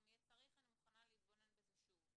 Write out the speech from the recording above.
אם צריך אני מוכנה להתבונן בזה שוב,